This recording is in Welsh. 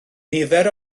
nifer